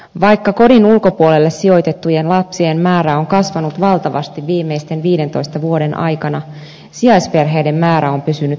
vaikka kodin ulkopuolelle sijoitettujen lapsien määrä on kasvanut valtavasti viimeisten viidentoista vuoden aikana sijaisperheiden määrä on pysynyt samana